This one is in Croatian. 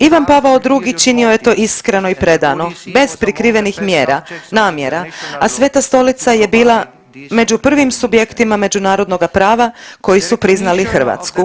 Ivana Pavao II. činio je to iskreno i predano bez prikrivenih mjera, namjera, a Sveta Stolica je bila među prvim subjektima međunarodnoga prava koji su priznali Hrvatsku.